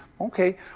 Okay